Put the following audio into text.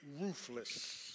ruthless